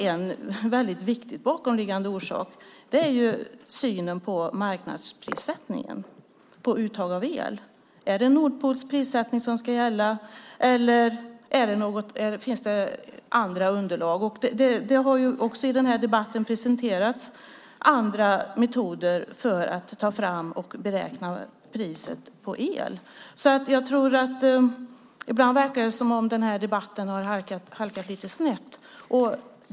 En viktig bakomliggande orsak är synen på marknadsprissättningen på uttag av el. Är det Nordpools prissättning som ska gälla, eller finns det andra underlag? Det har också i denna debatt presenterats andra metoder för att ta fram och beräkna priset på el. Ibland verkar det som om denna debatt har halkat lite snett.